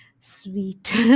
sweet